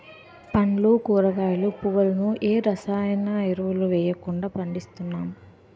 పండ్లు కూరగాయలు, పువ్వులను ఏ రసాయన ఎరువులు వెయ్యకుండా పండిస్తున్నాం